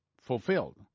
fulfilled